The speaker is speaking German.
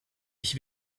ich